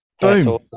Boom